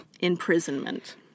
Imprisonment